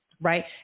right